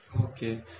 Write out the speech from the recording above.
Okay